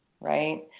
right